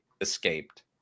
escaped